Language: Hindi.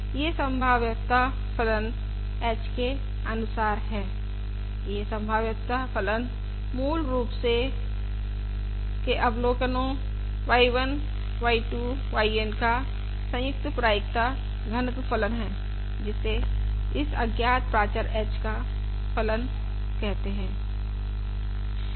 यह संभाव्यता फलन एच के अनुसार है यह संभाव्यता फलन मूल रूप से अवलोकनो y 1 y 2 yN का संयुक्त प्रायिकता घनत्व फलन है जिसे इस अज्ञात प्राचर h का फलन है